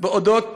אודות